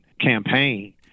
campaign